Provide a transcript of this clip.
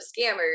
scammers